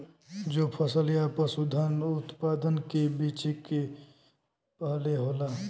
जो फसल या पसूधन उतपादन के बेचे के पहले होला